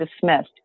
dismissed